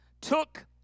took